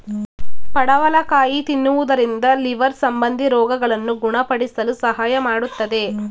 ಪಡವಲಕಾಯಿ ತಿನ್ನುವುದರಿಂದ ಲಿವರ್ ಸಂಬಂಧಿ ರೋಗಗಳನ್ನು ಗುಣಪಡಿಸಲು ಸಹಾಯ ಮಾಡತ್ತದೆ